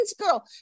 girl